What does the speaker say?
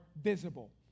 visible